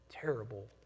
Terrible